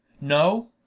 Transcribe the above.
No